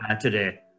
today